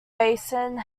basin